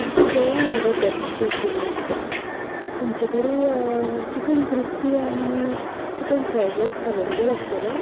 म्हाका जेवण ऑर्डर करपाचें आशिल्लें तुमचे कडेन चिकन क्रिस्पी आनी चिकन फ्राय्ड राइस अवेलेबल आसतलो